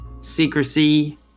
secrecy